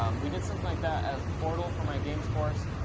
um we did something like that as portal for my games course.